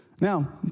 Now